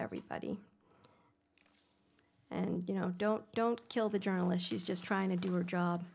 everybody and you know don't don't kill the journalist she's just trying to do her job